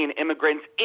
immigrants